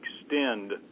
extend